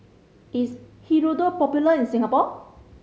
is Hirudoid popular in Singapore